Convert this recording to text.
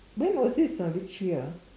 when was this ah which year ah